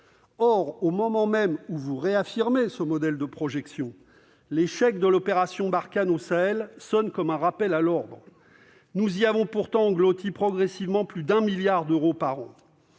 Or, au moment même où vous réaffirmez ce modèle de projection, l'échec de l'opération Barkhane au Sahel sonne comme un rappel à l'ordre. Nous y avons pourtant englouti progressivement plus de 1 milliard d'euros par an.